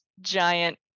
giant